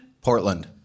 Portland